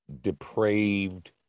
depraved